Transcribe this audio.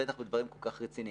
בטח בדברים כל כך רציניים.